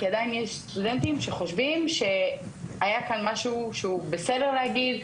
כי עדיין יש סטודנטים שחושבים שהיה כאן משהו שהוא בסדר להגיד,